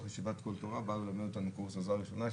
הוא בא ללמד אותנו קורס עזרה ראשונה,